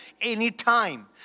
anytime